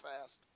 fast